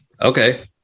Okay